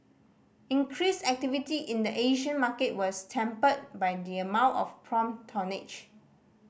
increased activity in the Asian market was tempered by the amount of prompt tonnage